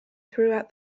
throughout